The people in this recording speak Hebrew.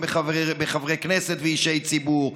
בחברי כנסת ואישי ציבור.